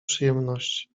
przyjemności